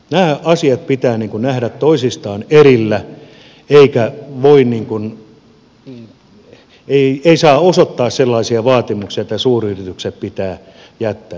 nämä asiat pitää nähdä toisistaan erillään eikä saa osoittaa sellaisia vaatimuksia että suuryritykset pitää jättää